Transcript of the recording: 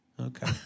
Okay